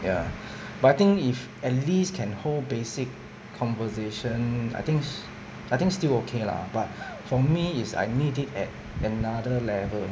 ya but I think if at least can hold basic conversation I think s~ I think still okay lah but for me is I need it at another level